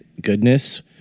goodness